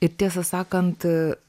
ir tiesą sakant